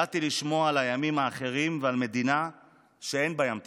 באתי לשמוע על הימים האחרים ועל מדינה שאין בה ים תיכון,